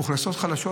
אוכלוסיות חלשות,